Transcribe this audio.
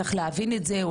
צריך להבין את זה,